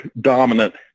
dominant